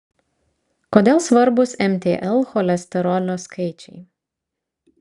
kodėl svarbūs mtl cholesterolio skaičiai